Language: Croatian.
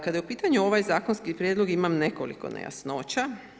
Kada je u pitanju ovaj zakonski prijedlog imam nekoliko nejasnoća.